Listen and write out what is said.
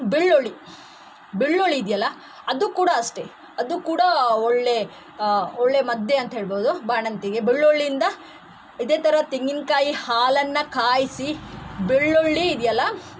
ಬೆಳ್ಳುಳ್ಳಿ ಬೆಳ್ಳುಳ್ಳಿ ಇದೆಯಲ್ಲ ಅದು ಕೂಡ ಅಷ್ಟೇ ಅದು ಕೂಡ ಒಳ್ಳೆ ಒಳ್ಳೆ ಮದ್ದೇ ಅಂತ ಹೇಳ್ಬೋದು ಬಾಣಂತಿಗೆ ಬೆಳ್ಳುಳ್ಳಿಯಿಂದ ಇದೇ ಥರ ತೆಂಗಿನಕಾಯಿ ಹಾಲನ್ನು ಕಾಯಿಸಿ ಬೆಳ್ಳುಳ್ಳಿ ಇದೆಯಲ್ಲ